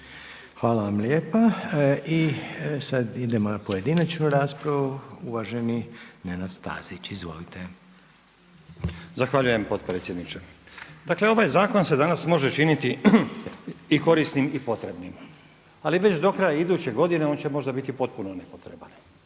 Hvala vam lijepa. I sad idemo na pojedinačnu raspravu, uvaženi Nenad Stazić. Izvolite. **Stazić, Nenad (SDP)** Zahvaljujem potpredsjedniče. Dakle ovaj zakon se danas može činiti i korisnim i potrebnim, ali već dokraja iduće godine on će možda biti potpuno nepotreban.